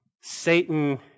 Satan